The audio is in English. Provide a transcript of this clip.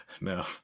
no